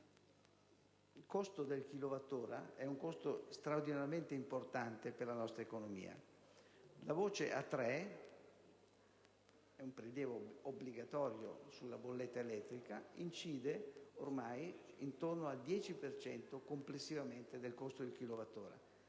il costo del kilowattora è straordinariamente importante per la nostra economia. La voce A3, un prelievo obbligatorio sulla bolletta elettrica, incide ormai intorno al 10 per cento complessivo del costo del kilowattora,